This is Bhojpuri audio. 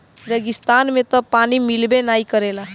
रेगिस्तान में तअ पानी मिलबे नाइ करेला